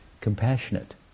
compassionate